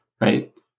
right